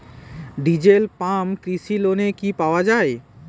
Diesel pump কৃষি লোনে কি পাওয়া য়ায়?